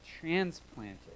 Transplanted